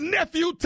Nephew